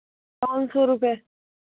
पाँच सौ रुपये